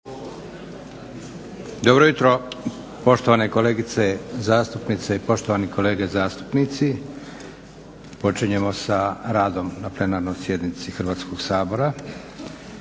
Dobro jutro poštovane kolegice zastupnice i poštovani kolege zastupnici. Počinjemo sa radom na plenarnoj sjednici Hrvatskoga sabora.